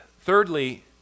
Thirdly